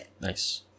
Nice